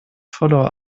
verlor